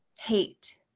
hate